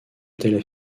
étaient